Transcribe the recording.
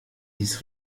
dies